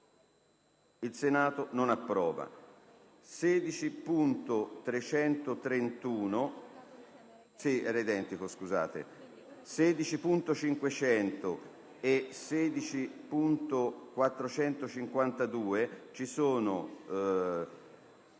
**Il Senato non approva.**